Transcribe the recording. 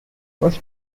was